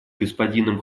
господином